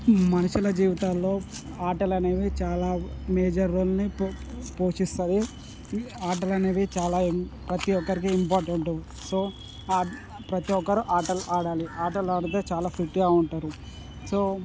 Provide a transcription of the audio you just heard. మనుషుల జీవితాల్లో ఆటలు అనేవి చాలా మేజర్ రోల్ని పో పోషిస్తాయి ఆటలు అనేవి చాలా ప్రతి ఒక్కరికి ఇంపార్టెంట్ సో ప్రతి ఒక్కరూ ఆటలు ఆడాలి ఆటలు ఆడితే చాలా ఫిట్గా ఉంటారు సో